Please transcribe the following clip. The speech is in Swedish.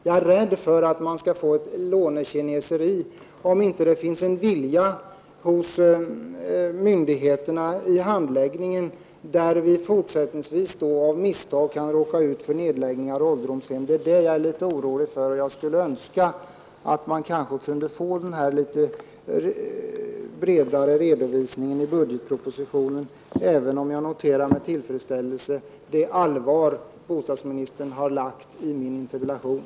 Jag är rädd för att man kan få ett lånekineseri, om det inte finns en god vilja hos myndigheterna vid handläggningen av dessa ärenden, och att vi fortsättningsvis av misstag kan råka ut för nedläggningar av ålderdomshem. Det är som sagt detta jag är litet orolig för. Jag skulle önska att man kunde få en litet fylligare redovisning av åtgärder i budgetpropositionen, även om jag med tillfredsställelse noterar det allvar med vilket bostadsministern har behandlat min interpellation.